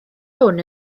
hwn